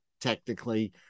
technically